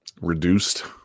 Reduced